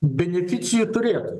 beneficijų turėtojai